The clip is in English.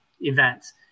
events